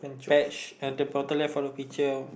pet sh~ at the bottom left of the picture